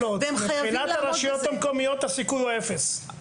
מבחינת הרשויות המקומיות הסיכון הוא אפס.